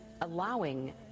allowing